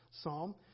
psalm